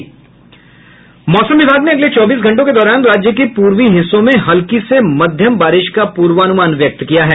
मौसम विभाग ने अगले चौबीस घंटों के दौरान राज्य के पूर्वी हिस्से में हल्की से मध्यम बारिश का पूर्वानुमान व्यक्त किया है